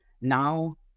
now